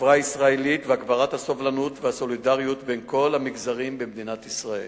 הישראלית והגברת הסובלנות והסולידריות בין כל המגזרים במדינת ישראל.